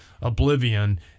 oblivion